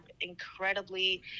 incredibly